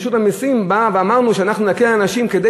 רשות המסים באה ואמרה: נקל על אנשים כדי